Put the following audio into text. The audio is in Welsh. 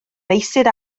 meysydd